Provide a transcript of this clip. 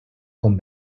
com